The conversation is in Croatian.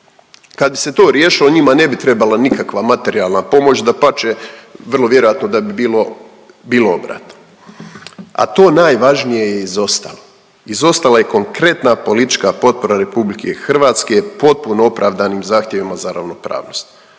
Kad bi se to riješilo njima ne bi trebala nikakva materijalna pomoć. Dapače, vrlo vjerojatno da bi bilo obratno, a to najvažnije je izostalo. Izostala je konkretna politička potpora Republike Hrvatske potpuno opravdanim zahtjevima za ravnopravnost.